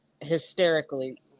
hysterically